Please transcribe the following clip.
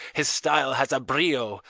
his style has a brio,